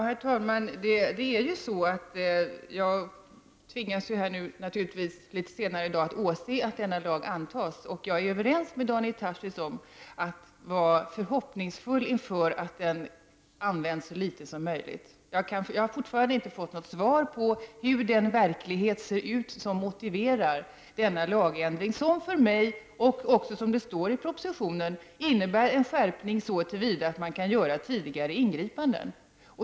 Herr talman! Jag tvingas naturligtvis att senare i dag åse att denna lag antas. Jag är överens med Daniel Tarschys om att ha en förhoppning om att den skall tillämpas så litet som möjligt. Jag har fortfarande inte fått något svar på hur den verklighet ser ut som motiverar denna lagändring, som för mig, och som det står i propositionen, innebär en skärpning så till vida att man kan göra tidigare ingripanden.